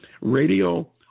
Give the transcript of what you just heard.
radio